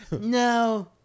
No